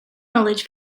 knowledge